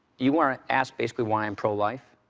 you want to ask basically why i'm pro-life?